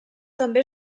també